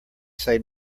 say